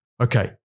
Okay